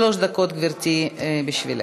שלוש דקות, גברתי, בשבילך.